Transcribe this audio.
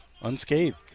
unscathed